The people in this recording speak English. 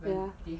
no